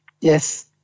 Yes